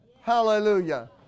Hallelujah